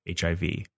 hiv